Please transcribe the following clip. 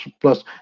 plus